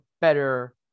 better